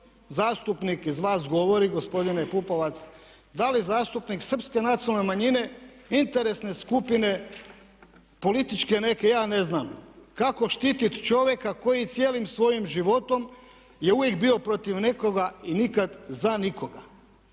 zastupnik iz vas govori gospodine Pupovac, da li zastupnik srpske nacionalne manjine, interesne skupine, političke neke? Ja ne znam. Kako štititi čovjeka koji cijelim svojim životom je uvijek bio protiv nekoga i nikad za nikoga?